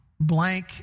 Blank